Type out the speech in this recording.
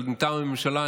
אבל מטעם הממשלה,